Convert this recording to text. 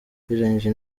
ugereranyije